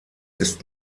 ist